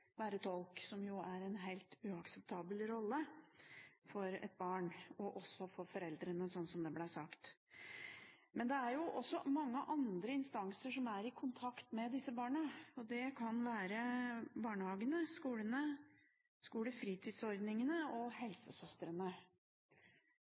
være tolk, som er en helt uakseptabel rolle for et barn og for foreldrene, slik som det ble sagt. Men det er også mange andre instanser som er i kontakt med disse barna, det kan være barnehagene, skolene, skolefritidsordningene og